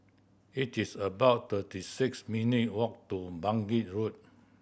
it is about thirty six minute walk to Bangkit Road